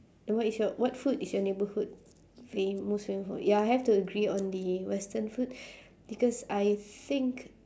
what is your what food is your neighbourhood famous most famous for ya I have to agree on the western food because I think